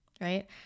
right